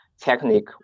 technique